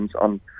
on